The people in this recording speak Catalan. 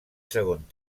segon